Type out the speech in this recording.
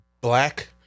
Black